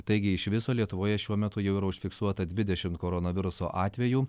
taigi iš viso lietuvoje šiuo metu jau yra užfiksuota dvidešimt koronaviruso atvejų